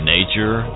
Nature